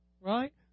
Right